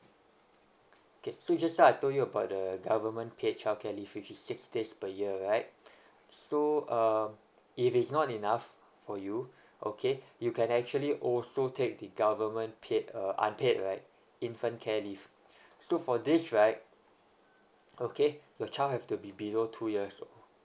okay so just now I told you about the the government paid childcare leave fifty six days per year right so um if it's not enough for you okay you can actually also take the government paid uh unpaid right infant care leave so for this right okay your child have to be below two years old